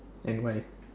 and why